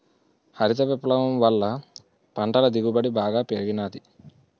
హరిత విప్లవం వల్ల పంటల దిగుబడి బాగా పెరిగినాది